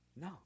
No